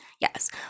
Yes